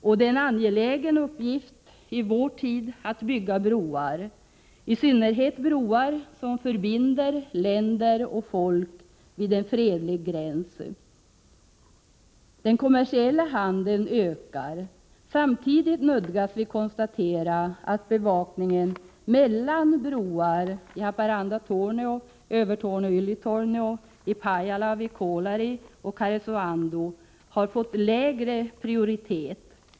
Och det är en angelägen uppgift i vår tid att bygga broar, i synnerhet broar som förbinder länder och folk utmed en fredlig gräns. Den kommersiella handeln ökar. Samtidigt nödgas vi konstatera att bevakningen vid broar mellan Haparanda och Tornio, mellan Övertorneå och Ylitornio, i Pajala vid Kolari och vid Karesuando har fått lägre prioritet.